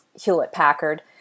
Hewlett-Packard